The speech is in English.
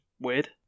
weird